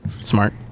Smart